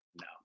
No